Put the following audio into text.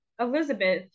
Elizabeth